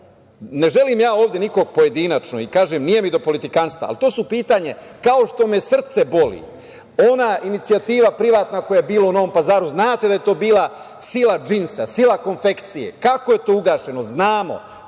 Ne želim ja ovde nikog pojedinačno i kažem nije mi do politikanstva, ali to su pitanja, kao što sme srce boli, ona inicijativa privatna koja je bila u Novom Pazaru znate da je to bila sila džinsa, sila konfekcije, kako je to ugašeno? Znamo,